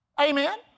Amen